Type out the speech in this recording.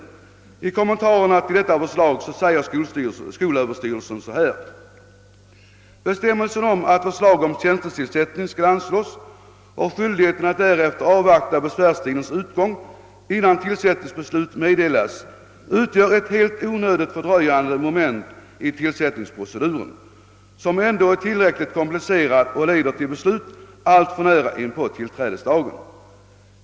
I sina kommentarer till detta förslag skriver skolöverstyrelsen följande: »Bestämmelsen om att förslag om tjänstetillsättning skall anslås och skyldigheten att därefter avvakta besvärstidens utgång innan tillsättningsbeslut meddelas utgör ett helt onödigt fördröjande moment i tillsättningsproceduren, som ändå är tillräckligt komplicerad och leder till beslut alltför nära inpå tillträdesdagen.